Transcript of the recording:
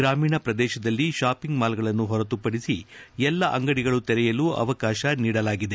ಗ್ರಾಮೀಣ ಪ್ರದೇಶದಲ್ಲಿ ಶಾಪಿಂಗ್ ಮಾಲ್ಗಳನ್ನು ಹೊರತುಪಡಿಸಿ ಎಲ್ಲಾ ಅಂಗಡಿಗಳು ತೆರೆಯಲು ಅವಕಾಶ ನೀಡಲಾಗಿದೆ